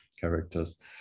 characters